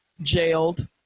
jailed